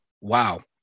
wow